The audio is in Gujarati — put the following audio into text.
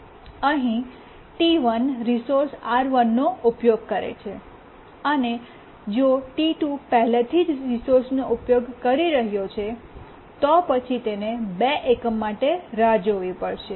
અહીં T1 રિસોર્સ R1નો ઉપયોગ કરે છે અને જો T2 પહેલાથી જ રિસોર્સનો ઉપયોગ કરી રહ્યો છે તો પછી તેને 2 એકમ માટે રાહ જોવી પડશે